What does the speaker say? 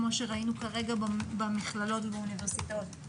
כמו שראינו כרגע במכללות ובאוניברסיטאות.